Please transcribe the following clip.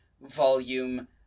Volume